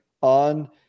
on